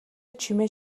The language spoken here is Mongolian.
чимээ